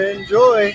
Enjoy